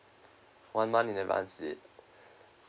one month in advance it